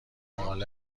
مقاله